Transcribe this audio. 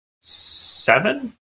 seven